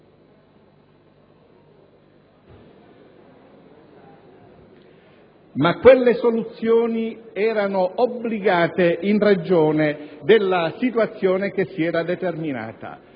Ma quelle soluzioni erano obbligate in ragione della situazione che si era determinata.